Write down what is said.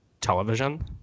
television